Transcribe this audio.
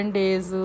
days